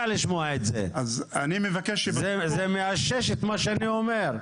זה מאשש את מה שאני אומר.